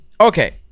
Okay